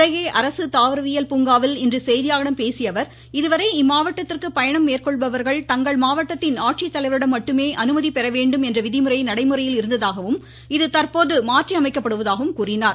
உதகை அரசு தாவரவியல் பூங்காவில் இன்று செய்தியாளர்களிடம் பேசிய அவர் இதுவரை இம்மாவட்டத்திற்கு பயணம் மேற்கொள்பவர்கள் தங்கள் மாவட்டத்தின் ஆட்சித்தலைவரிடம் மட்டுமே அனுமதி பெற வேண்டும் என்ற விதிமுறை நடைமுறையில் இருந்ததாகவும் இது தற்போது மாற்றியமைக்கப்படுவதாக கூறினார்